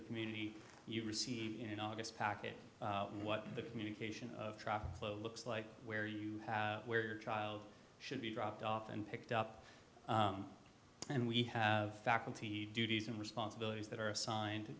the community you receive in august packet what the communication of truckload looks like where you where your child should be dropped off and picked up and we have faculty duties and responsibilities that are assigned to